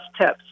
tips